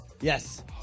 Yes